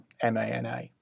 M-A-N-A